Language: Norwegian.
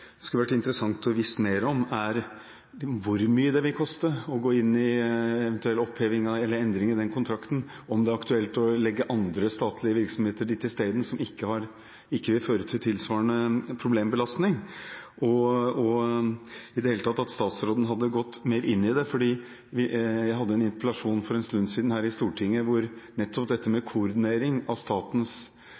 vil koste ved en eventuell oppheving eller endring av denne kontrakten, og om det er aktuelt å legge andre statlige virksomheter dit i stedet, som ikke vil føre til tilsvarende problembelastning – i det hele tatt at statsråden hadde gått mer inn i det. Jeg hadde en interpellasjon for en stund siden her i Stortinget, hvor nettopp koordinering av statens